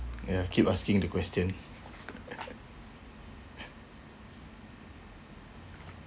ya I keep asking the question